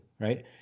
right